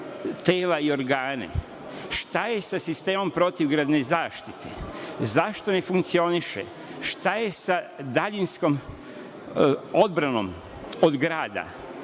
tela i organe. Šta je sa sistemom protivgradne zaštite? Zašto ne funkcioniše? Šta je sa daljinskom odbranom od grada?